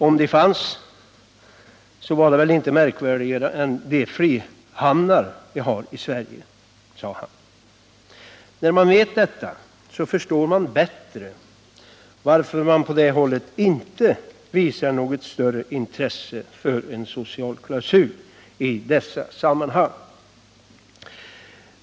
Om de finns, är de väl inte märkvärdigare än de frihamnar vi har i Sverige, sade han. När vi vet detta, förstår vi bättre varför man på det hållet inte visar något större intresse för en socialklausul i dessa sammanhang.